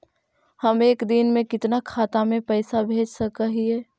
हम एक दिन में कितना खाता में पैसा भेज सक हिय?